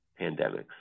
pandemics